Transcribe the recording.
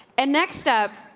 and next up,